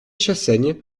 chassaigne